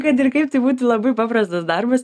kad ir kaip tai būtų labai paprastas darbas